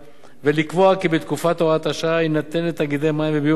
ולקבוע כי בתקופת הוראת השעה יינתן לתאגידי מים וביוב הנמצאים